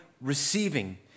receiving